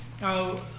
Now